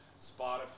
Spotify